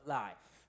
life